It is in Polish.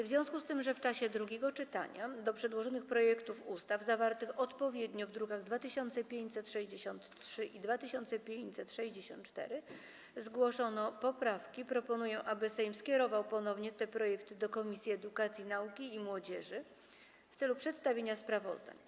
W związku z tym, że w czasie drugiego czytania do przedłożonych projektów ustaw zawartych odpowiednio w drukach nr 2563 i 2564 zgłoszono poprawki, proponuję, aby Sejm skierował ponownie te projekty do Komisji Edukacji, Nauki i Młodzieży w celu przedstawienia sprawozdań.